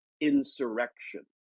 insurrection